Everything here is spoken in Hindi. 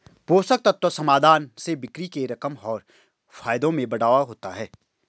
पोषक तत्व समाधान से बिक्री के रकम और फायदों में बढ़ावा होता है